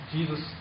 Jesus